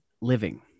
Living